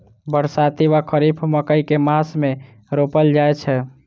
बरसाती वा खरीफ मकई केँ मास मे रोपल जाय छैय?